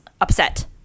upset